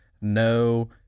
No